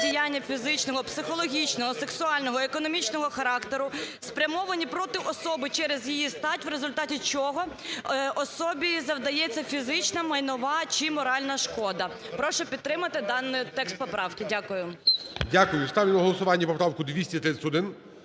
Дякую. Ставлю на голосування поправку 231.